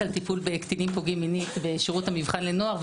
על טיפול בקטינים פוגעים מינית בשירות המבחן לנוער.